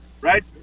right